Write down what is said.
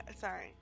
sorry